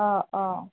অঁ অঁ